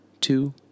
two